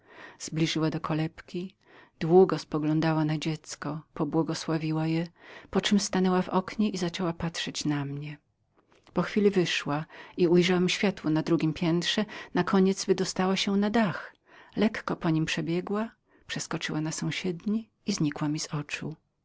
zbliżyła do kolebki długo poglądała na dziecie pobłogosławiła je poczem stanęła w oknie i zaczęła patrzyć na mnie po chwili wyszła i ujrzałem światło na drugiem piętrze nareszcie wydostała się na dach lekko po nim przebiegła przeskoczyła na sąsiedni i znikła z moich oczu